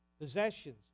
possessions